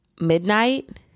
Midnight